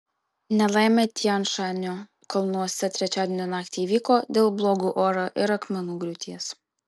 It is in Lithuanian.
nelaimė tian šanio kalnuose trečiadienio naktį įvyko dėl blogo oro ir akmenų griūties